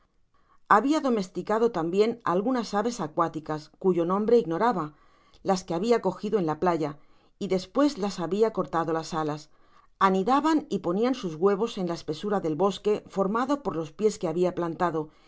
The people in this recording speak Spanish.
ilabia domesticado tambien algunas aves acuáticas cuyo nombre ignoraba las que habia cogido en la playa y despues las habia cortado las alas anidaban y ponian sus huevos en la espesura del bosque formado por los pies que habia plantado